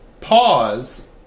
Pause